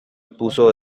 puso